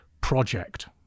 project